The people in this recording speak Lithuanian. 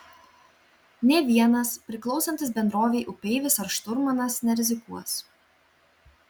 nė vienas priklausantis bendrovei upeivis ar šturmanas nerizikuos